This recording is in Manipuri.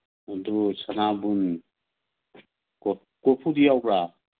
ꯑꯗꯨ ꯁꯅꯥꯕꯨꯟ ꯀꯣꯔꯐꯨꯗꯤ ꯌꯥꯎꯕ꯭ꯔꯥ